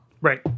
Right